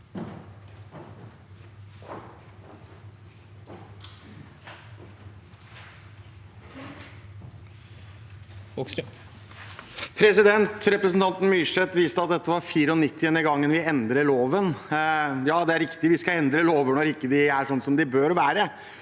Representanten Myrseth viste til at dette er 94. gang vi endrer loven. Ja, det er riktig – vi skal endre lover når de ikke er sånn de bør være.